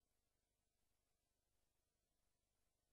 למה השארתם את ה"חמאס"?